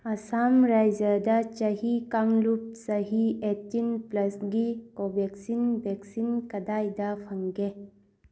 ꯑꯁꯥꯝ ꯔꯥꯖ꯭ꯌꯗ ꯆꯍꯤ ꯀꯥꯡꯂꯨꯞ ꯆꯍꯤ ꯑꯥꯏꯠꯇꯤꯟ ꯄ꯭ꯂꯁꯒꯤ ꯀꯣꯚꯦꯛꯁꯤꯟ ꯚꯦꯛꯁꯤꯟ ꯀꯗꯥꯏꯗ ꯐꯪꯒꯦ